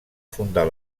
fundar